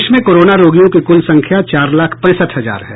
देश में कोरोना रोगियों की कुल संख्या चार लाख पैंसठ हजार है